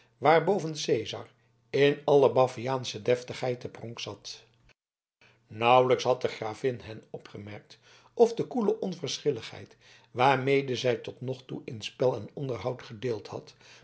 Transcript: waarboven cezar in alle baviaansche deftigheid te pronk zat nauwelijks had de gravin hen opgemerkt of de koele onverschilligheid waarmede zij tot nog toe in spel en onderhoud gedeeld had